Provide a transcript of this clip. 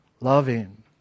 Loving